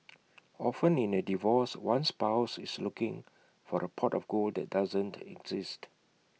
often in A divorce one spouse is looking for A pot of gold that doesn't exist